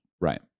Right